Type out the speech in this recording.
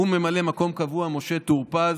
וממלא מקום קבוע, משה טור פז,